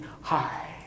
high